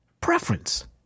Preference